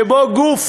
שבו גוף